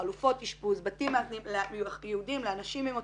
חלופות אשפוז, בתים ייעודיים לאנשים עם אוטיזם,